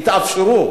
התאפשרו.